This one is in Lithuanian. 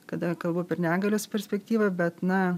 kada kalbu per negalės perspektyvą bet na